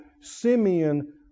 Simeon